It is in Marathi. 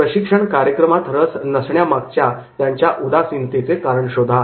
प्रशिक्षण कार्यक्रमात रस नसण्या मागच्या त्यांच्या उदासीनतेचे कारण शोधा